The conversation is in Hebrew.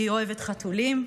היא אוהבת חתולים,